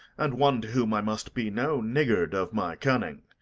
and one to whom i must be no niggard of my cunning.